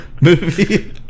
movie